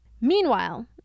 Meanwhile